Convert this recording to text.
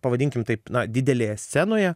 pavadinkim taip na didelėje scenoje